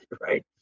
right